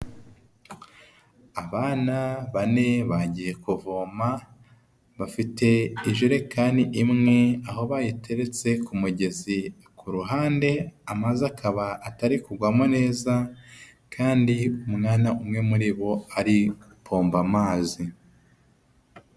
Abana bane bagiye kuvoma bafite ijerekani imwe aho bayiteretse ku mugezi kuruhande amazi akaba atari kugwamo neza, kandi umwana umwe muri bo ari gupompa amazi.